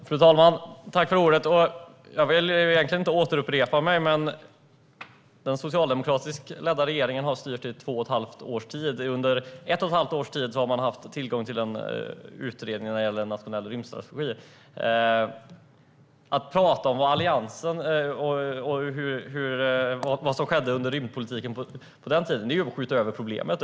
Fru talman! Jag vill egentligen inte återupprepa mig, men den socialdemokratiskt ledda regeringen har styrt i två och ett halvt års tid. Under ett och ett halvt års tid har man haft tillgång till en utredning när det gäller en nationell rymdstrategi. Att prata om vad som skedde i rymdpolitiken under Alliansens tid är att skjuta över problemet.